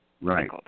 Right